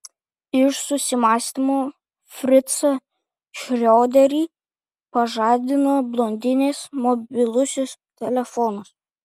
iš susimąstymo fricą šrioderį pažadino blondinės mobilusis telefonas